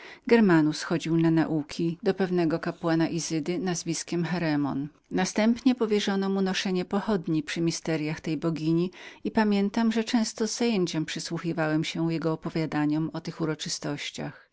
germanus chodził na nauki do pewnego kapłana izydy nazwiskiem cheremona następnie powierzono mu noszenie pochodni przy tajemnicach tej bogini i pamiętam że często z zajęciem przysłuchiwałem się jego opowiadaniom tych uroczystości